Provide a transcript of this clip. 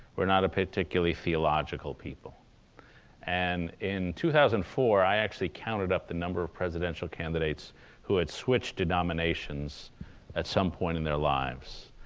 we're not a particularly theological people and in two thousand and four, i actually counted up the number of presidential candidates who had switched denominations at some point in their lives,